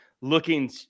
looking